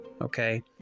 okay